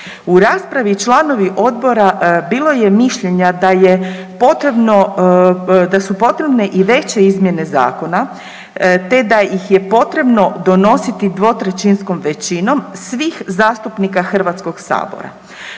U raspravi članovi odbora bilo je mišljenja da je potrebno, da su potrebne i veće izmjene zakona, te da ih je potrebno donositi dvotrećinskom većinom svih zastupnika HS. Također